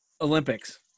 Olympics